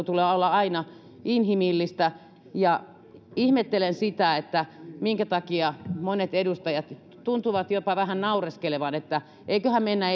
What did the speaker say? tulee olla aina inhimillistä ja ihmettelen sitä minkä takia monet edustajat tuntuvat jopa vähän naureskelevan että eiköhän mennä